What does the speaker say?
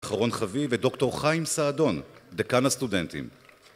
אחרון חביב ודוקטור חיים סעדון, דקאן הסטודנטים